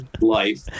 life